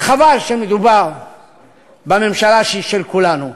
וחבל שמדובר בממשלה שהיא של כולנו.